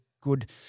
good